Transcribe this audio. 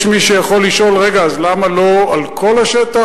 יש מי שיכול לשאול: רגע, אז למה לא על כל השטח?